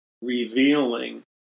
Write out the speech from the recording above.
revealing